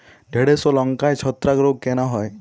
ঢ্যেড়স ও লঙ্কায় ছত্রাক রোগ কেন হয়?